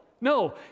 no